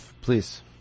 please